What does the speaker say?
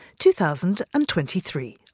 2023